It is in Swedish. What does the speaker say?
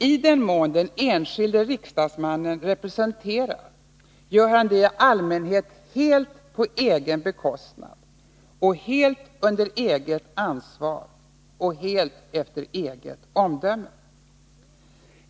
I den mån den enskilde riksdagsmannen representerar, gör han det i allmänhet helt på egen bekostnad, helt under eget ansvar och helt efter eget omdöme.